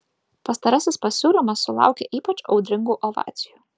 pastarasis pasiūlymas sulaukė ypač audringų ovacijų